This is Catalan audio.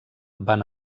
van